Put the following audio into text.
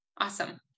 Awesome